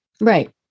Right